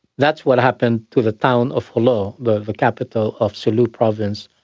that's what happened to the town of jolo, the capital of sulu province,